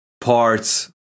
parts